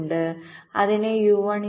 ഉണ്ട് അതിനെ u1 u2 u3 എന്ന് വിളിക്കുക